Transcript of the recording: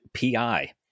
PI